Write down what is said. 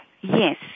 yes